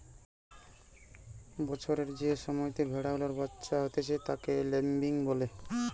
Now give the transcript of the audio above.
বছরের যে সময়তে ভেড়া গুলার বাচ্চা হতিছে তাকে ল্যাম্বিং বলে